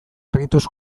argituz